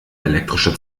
elektrische